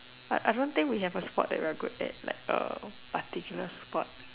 but I don't think we have a sport that we are good at like a particular sport